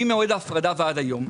ממועד ההפרדה ועד היום,